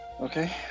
Okay